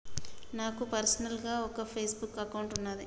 నాకు పర్సనల్ గా ఒక ఫేస్ బుక్ అకౌంట్ వున్నాది